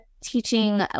teaching